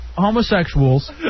Homosexuals